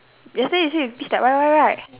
yesterday you said you pissed at Y_Y right